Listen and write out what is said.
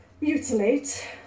mutilate